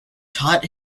taught